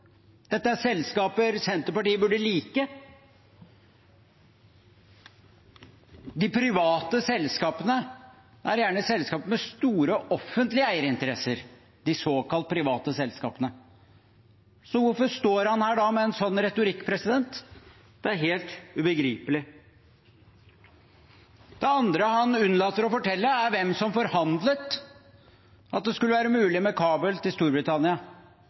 Dette er selskaper Senterpartiet burde like. De private selskapene er gjerne selskap med store offentlige eierinteresser, de såkalt private selskapene, så hvorfor står han her da med en slik retorikk? Det er helt ubegripelig. Det andre han unnlater å fortelle, er hvem som forhandlet at det skulle være mulig med kabel til Storbritannia.